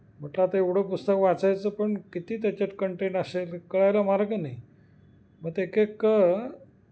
म्हटलं आता एवढं पुस्तक वाचायचं पण किती त्याच्यात कंटेंट असेल कळायला मार्ग नाही मग ते एक एक